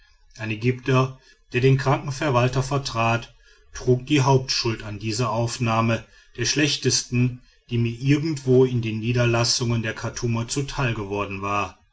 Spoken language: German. ein ägypter der den kranken verwalter vertrat trug die hauptschuld an dieser aufnahme der schlechtesten die mir irgendwo in den niederlassungen der chartumer zuteil geworden war